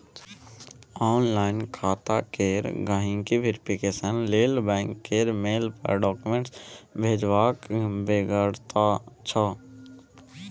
online खाता केर गांहिकी वेरिफिकेशन लेल बैंक केर मेल पर डाक्यूमेंट्स भेजबाक बेगरता छै